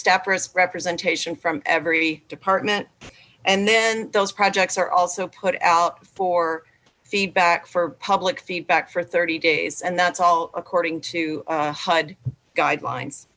staffers representation from every department and then those projects are also put out for feedback for public feedback for thirty days and that's according to hud guidelines